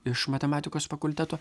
iš matematikos fakulteto